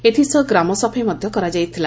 ଏଥିସହ ଗ୍ରାମ ସଫେଇ ମଧ୍ଧ କରାଯାଇଥିଲା